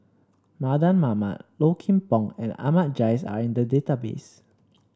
Mardan Mamat Low Kim Pong and Ahmad Jais are in the database